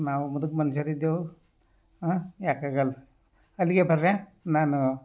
ನಾವು ಮುದಕ ಮನುಷ್ಯಾರಿದ್ದೇವು ಯಾಕಾಗಲ್ಲ ಅಲ್ಲಿಗೆ ಬರ್ಯಾ ನಾನು